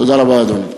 תודה רבה, אדוני.